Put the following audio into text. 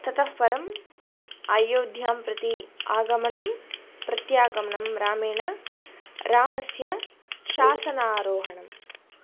ततः परम् अयोध्यां प्रति आगमनं प्रत्यागमनं रामेण रामस्य शासनारोहणम्